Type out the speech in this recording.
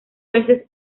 veces